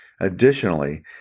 Additionally